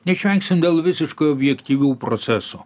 neišvengsim dėl visiškai objektyvių procesų